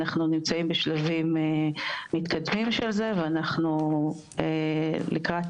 אנחנו נמצאים בשלבים מתקדמים של זה ואנחנו לקראת